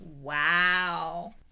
Wow